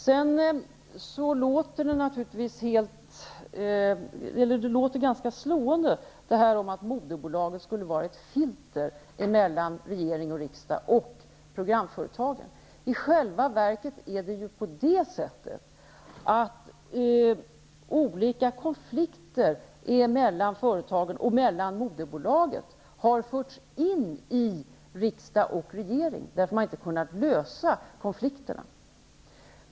Det låter naturligtvis ganska slående att moderbolagen skulle vara ett filter emellan regering och riksdag och programföretagen. I själva verket har ju olika konflikter mellan företagen och moderbolaget förts in i riksdag och regering på grund av att man inte har kunnat lösa konflikterna.